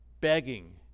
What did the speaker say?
begging